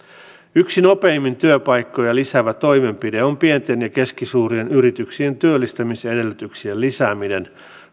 yksi nopeimmin työpaikkoja lisäävä toimenpide on pienten ja keskisuurien yrityksien työllistämisedellytyksien lisääminen